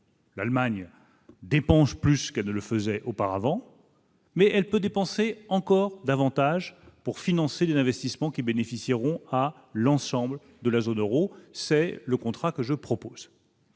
L'Allemagne dépense plus qu'elle ne le faisait auparavant, mais elle peut dépenser encore davantage pour financer des investissements qui bénéficieront à l'ensemble de la zone Euro, c'est le contrat que je propose,